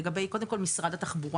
וקודם כול, את משרד התחבורה.